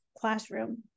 classroom